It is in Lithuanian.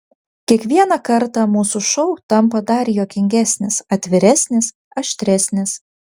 kiekvieną kartą mūsų šou tampa dar juokingesnis atviresnis aštresnis